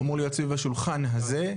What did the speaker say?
הוא אמור להיות סביב השולחן הזה.